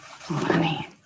Honey